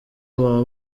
baba